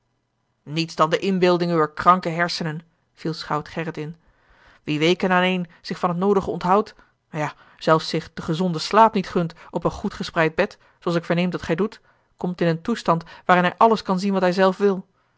niets dan de inbeelding uwer kranke hersenen viel schout gerrit in wie weken aaneen zich van het noodige onthoudt ja zelfs zich den gezonden slaap niet gunt op een goed gespreid bed zooals ik verneem dat gij doet komt in een toestand waarin hij alles kan zien wat hij zelf wil